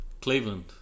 Cleveland